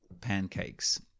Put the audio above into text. pancakes